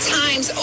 times